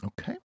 Okay